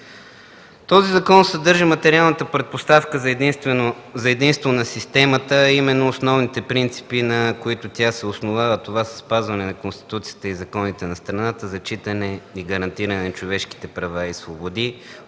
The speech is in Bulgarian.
Този закон съдържа материалната предпоставка за единство на системата, а именно основните принципи, на които тя се основава, а това са спазване на Конституцията и законите на страната, зачитане и гарантиране на човешките права и свободи,